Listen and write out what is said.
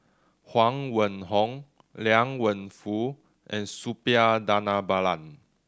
Huang Wenhong Liang Wenfu and Suppiah Dhanabalan